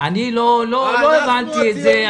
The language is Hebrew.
אנחנו הציונות הדתית.